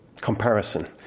comparison